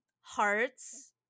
hearts